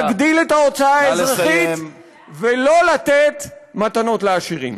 להגדיל את ההוצאה האזרחית, ולא לתת מתנות לעשירים.